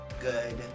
good